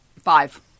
Five